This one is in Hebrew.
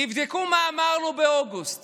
תבדקו מה אמרנו באוגוסט